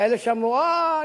כאלה שאמרו: אה,